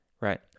Right